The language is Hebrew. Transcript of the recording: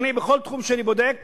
אדוני, בכל תחום שאני בודק